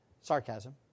sarcasm